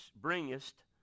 bringest